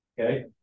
Okay